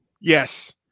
Yes